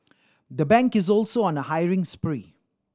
the bank is also on a hiring spree